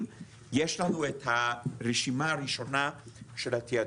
זה שיש לנו את הרשימה הראשונה של התיעדוף,